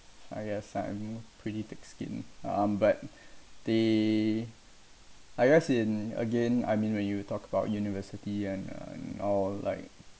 I guess I'm pretty thick skin um but they I guess in again I mean when you talk about university and uh or like